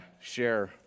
share